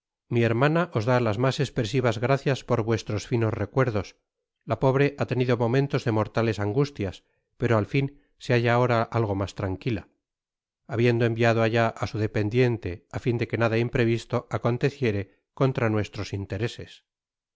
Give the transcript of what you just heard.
mi hermana os da las mas espresivas gracias por vuestros finos recuerdos la pobre ha tenido momentos de mortales angustias pero al fin se halla ahora algo mas tranquila habiendo enviado allá á su dependiente á fin de que nada imprevisto aconteciere contra nuestros intereses